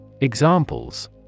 Examples